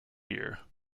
year